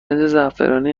زعفرانی